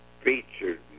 featured